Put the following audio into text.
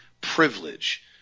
privilege